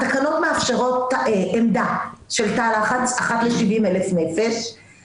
התקנות מאפשרות עמדה של תא לחץ 1 ל-70,000 נפש,